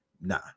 Nah